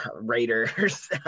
Raiders